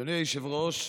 אדוני היושב-ראש,